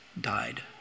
died